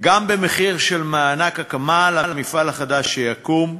גם במחיר של מענק הקמה למפעל החדש שיקום.